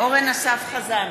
אורן אסף חזן,